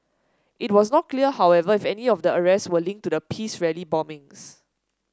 it was not clear however if any of the arrest were linked to the peace rally bombings